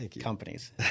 companies